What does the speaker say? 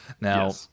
Now